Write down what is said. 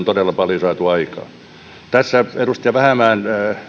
todella paljon saatu aikaan tässä edustaja vähämäen